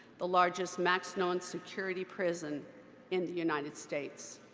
the largest maximum and security prison in the united states.